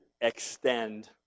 extend